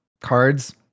cards